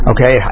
Okay